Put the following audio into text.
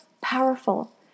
powerful